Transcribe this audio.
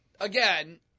again